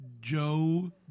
Joe